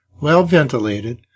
well-ventilated